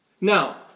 Now